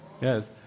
Yes